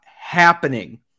happening